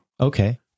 Okay